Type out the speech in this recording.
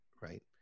right